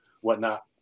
whatnot